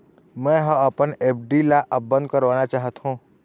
मै ह अपन एफ.डी ला अब बंद करवाना चाहथों